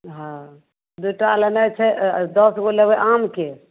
हँ दू टा लेने छै दस गो लेबै आमके